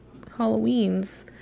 Halloweens